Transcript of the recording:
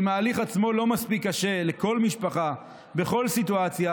אם התהליך עצמו לא מספיק קשה לכל משפחה בכל סיטואציה,